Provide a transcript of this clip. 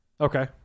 Okay